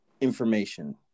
information